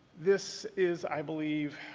this is, i believe,